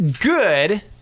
good